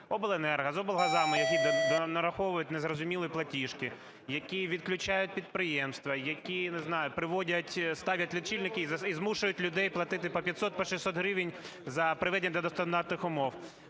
обленерго, з облгазами, які нараховують незрозумілі платіжки, які відключають підприємства, які, не знаю, приводять... ставлять лічильники і змушують людей платити по 500, по 600 гривень за приведення до стандартних умов.